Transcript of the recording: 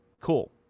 Cool